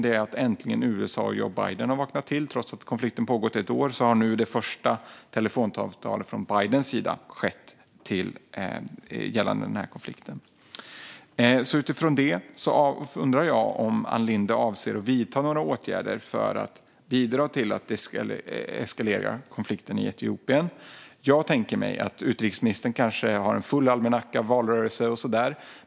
Det är att USA och Joe Biden äntligen har vaknat till. Trots att konflikten har pågått ett år har nu det första telefonsamtalet om den gjorts från Bidens sida. Utifrån detta undrar jag om Ann Linde avser att vidta några åtgärder för att bidra till att konflikten i Etiopien ska deeskalera. Jag tänker mig att utrikesministern har en fulltecknad almanacka med valrörelse och sådant.